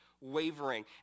wavering